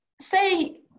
say